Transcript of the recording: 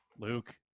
Luke